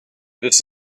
this